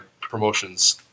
promotions